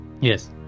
Yes